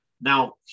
Now